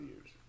years